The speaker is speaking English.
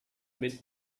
bit